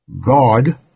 God